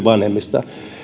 vanhemmista